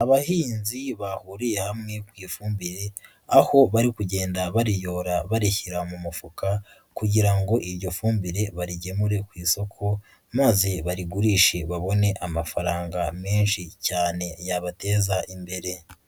Abahinzi bahuriye hamwe ku ifumbire aho bari kugenda bariyora barishyira mu mufuka kugira ngo iryo fumbire barigemure ku isoko, maze barigurishe babone amafaranga menshi cyane yabateza imbere.